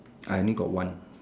I only got one